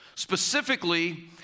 Specifically